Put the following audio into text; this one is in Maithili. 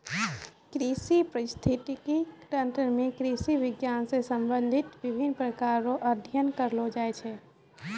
कृषि परिस्थितिकी तंत्र मे कृषि विज्ञान से संबंधित विभिन्न प्रकार रो अध्ययन करलो जाय छै